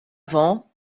vent